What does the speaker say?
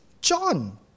John